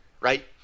right